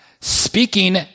Speaking